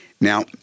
Now